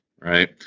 right